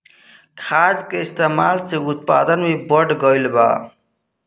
खाद के इस्तमाल से उत्पादन भी बढ़ गइल बा